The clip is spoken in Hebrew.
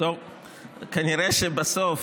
כנראה שבסוף,